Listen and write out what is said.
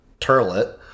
turlet